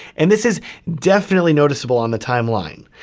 and this is definitely noticeable on the timeline,